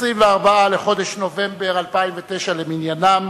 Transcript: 24 בחודש נובמבר 2009 למניינם.